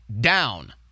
down